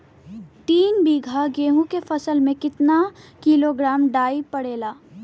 तीन बिघा गेहूँ के फसल मे कितना किलोग्राम डाई पड़ेला?